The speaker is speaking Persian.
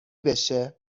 بشه